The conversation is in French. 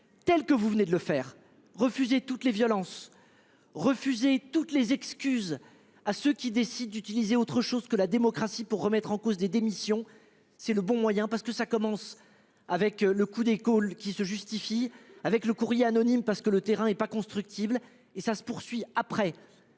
Telle que vous venez de le faire refuser toutes les violences. Refuser toutes les excuses à ceux qui décide du. Je lisais, autre chose que la démocratie pour remettre en cause des démissions, c'est le bon moyen parce que ça commence avec le coup d'école qui se justifie avec le courrier anonyme parce que le terrain est pas constructible, et ça se poursuit après